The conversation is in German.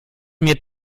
mir